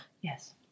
Yes